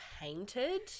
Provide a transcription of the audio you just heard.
painted